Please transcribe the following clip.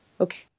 okay